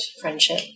friendship